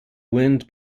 wind